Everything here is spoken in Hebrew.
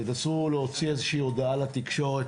תנסו להוציא איזושהי הודעה לתקשורת.